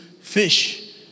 fish